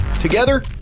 together